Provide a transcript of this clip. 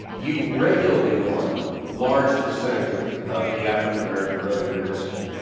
you regularly won large percentage of of the african-american vote in your district.